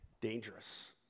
Dangerous